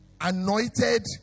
anointed